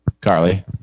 Carly